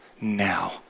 Now